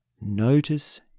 notice